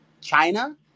China